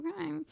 Okay